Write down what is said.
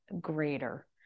greater